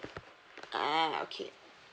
ah okay